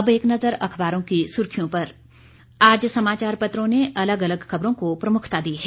अब एक नजर अखबारों की सुर्खियों पर आज समाचार पत्रों ने अलग अलग खबरों को प्रमुखता दी है